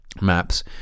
maps